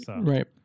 Right